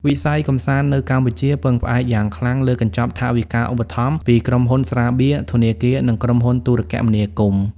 វិស័យកម្សាន្តនៅកម្ពុជាពឹងផ្អែកយ៉ាងខ្លាំងលើកញ្ចប់ថវិកាឧបត្ថម្ភពីក្រុមហ៊ុនស្រាបៀរ ធនាគារ និងក្រុមហ៊ុនទូរគមនាគមន៍។